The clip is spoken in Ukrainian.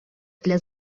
для